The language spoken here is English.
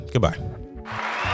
Goodbye